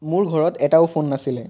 মোৰ ঘৰত এটাও ফোন নাছিলে